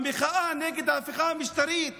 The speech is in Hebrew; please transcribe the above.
במחאה נגד ההפיכה המשטרית